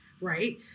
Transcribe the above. right